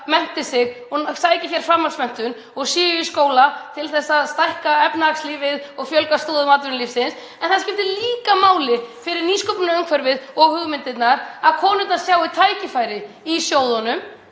mennti sig, sæki sér framhaldsmenntun og séu í skóla til að stækka efnahagslífið og fjölga stoðum atvinnulífsins. En það skiptir líka máli fyrir nýsköpunarumhverfið og hugmyndirnar að konurnar sjái tækifæri í sjóðunum